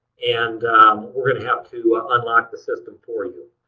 and we're going to have to ah unlock the system for you.